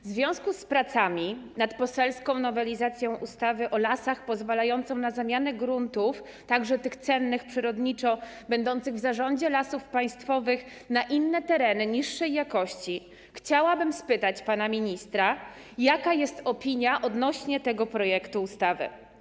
W związku z pracami nad poselską nowelizacją ustawy o lasach pozwalającą na zamianę gruntów, także tych cennych przyrodniczo, będących w zarządzie Lasów Państwowych na inne tereny, niższej jakości, chciałabym spytać pana ministra, jaka jest opinia odnośnie do tego projektu ustawy.